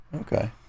Okay